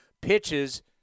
pitches